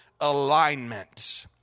alignment